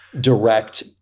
direct